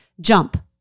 jump